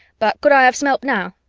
but cud i hav sum hep now?